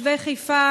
תושבי חיפה